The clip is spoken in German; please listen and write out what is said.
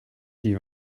die